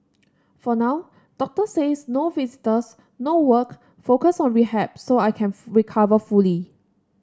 for now doctors says no visitors no work focus on rehab so I can recover fully